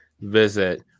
visit